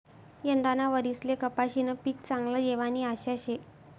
यंदाना वरीसले कपाशीनं पीक चांगलं येवानी आशा शे